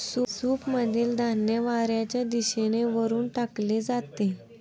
सूपमधील धान्य वाऱ्याच्या दिशेने वरून टाकले जाते